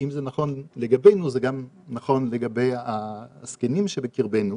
ואם זה נכון לגבינו זה גם נכון לגבי הזקנים שבקרבנו,